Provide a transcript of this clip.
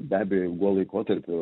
be abejo ilguo laikotarpiu